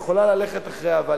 היא יכולה ללכת אחרי האהבה.